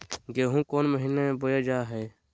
गेहूँ कौन महीना में बोया जा हाय?